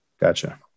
Gotcha